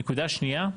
נקודה שנייה.